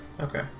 Okay